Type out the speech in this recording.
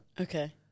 Okay